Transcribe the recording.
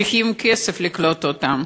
צריך כסף לקלוט אותם.